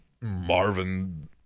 Marvin